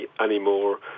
anymore